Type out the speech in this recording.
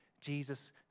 Jesus